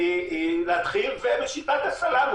בשיטת הסלאמי,